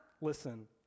listen